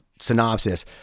synopsis